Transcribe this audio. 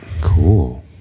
Cool